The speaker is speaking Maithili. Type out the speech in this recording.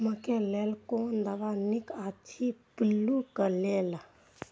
मकैय लेल कोन दवा निक अछि पिल्लू क लेल?